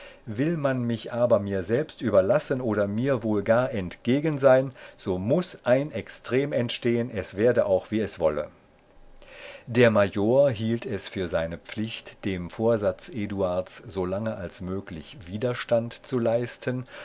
will man mich mir selbst überlassen oder mir wohl gar entgegen sein so muß ein extrem entstehen es werde auch wie es wolle der major hielt es für seine pflicht dem vorsatz eduards solange als möglich widerstand zu leisten